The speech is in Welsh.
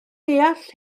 deall